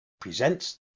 presents